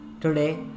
today